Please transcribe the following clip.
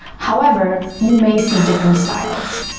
however, you may see different styles.